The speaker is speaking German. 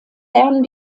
lernen